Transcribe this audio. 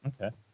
Okay